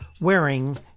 wearing